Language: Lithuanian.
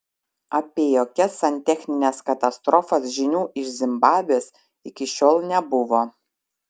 apie jokias santechnines katastrofas žinių iš zimbabvės iki šiol nebuvo